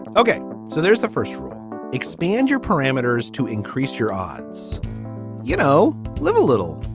but ok so there's the first rule. expand your parameters to increase your odds you know live a little.